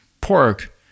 pork